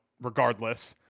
regardless